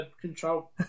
control